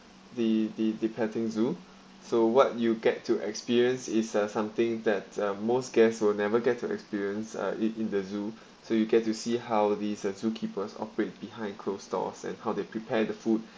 the the the petting zoo so what you get to experience it's a something that uh most guests will never get to experience uh it in the zoo so you get to see how these uh zookeepers operate behind closed doors and how they prepare the food